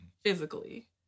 physically